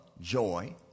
Joy